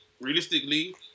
Realistically